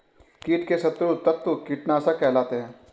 कीट के शत्रु तत्व कीटनाशक कहलाते हैं